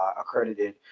accredited